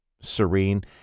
serene